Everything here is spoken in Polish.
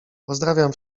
pozdrawiam